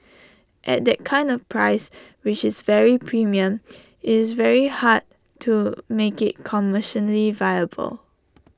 at that kind of price which is very premium is very hard to make IT commercially viable